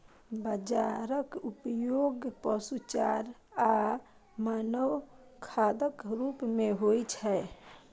बाजराक उपयोग पशु चारा आ मानव खाद्यक रूप मे होइ छै